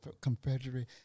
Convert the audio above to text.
Confederate